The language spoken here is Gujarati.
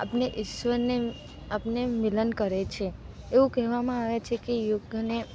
આપણને ઈશ્વરને આપણને મિલન કરે છે એવું કહેવામાં આવે છે કે યોગ અને